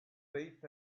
thief